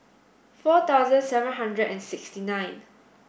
four thousand seven hundred and sixty nine